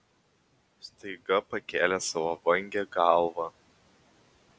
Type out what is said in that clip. staiga pakėlė savo vangią galvą